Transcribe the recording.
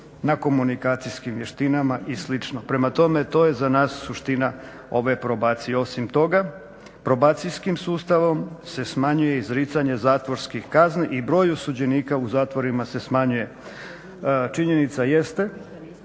na komunikacijskim i slično. Prema tome, to je za nas suština ove probacije. Osim toga, probacijskim sustavom se smanjuje izricanje zatvorskih kazni i broj osuđenika u zatvorima se smanjuje. Činjenica jeste